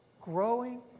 growing